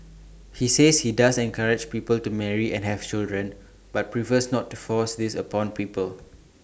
he says he does encourage people to marry and have children but prefers not to force this upon people